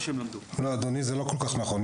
לא אדוני, זה לא כל כך נכון.